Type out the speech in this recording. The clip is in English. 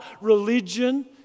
religion